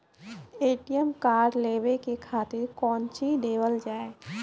ATM card लेवे के खातिर कौंची देवल जाए?